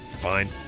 Fine